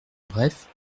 bref